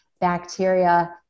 bacteria